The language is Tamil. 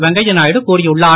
வெங்கைய நாயுடு கூறியுள்ளார்